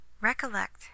Recollect